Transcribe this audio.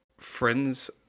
Friends